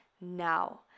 now